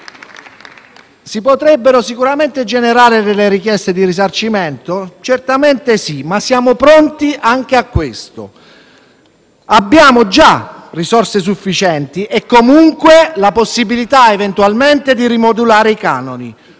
Si potrebbero generare delle richieste di risarcimento? Certamente, ma siamo pronti anche a questo: abbiamo già risorse sufficienti e comunque la possibilità di rimodulare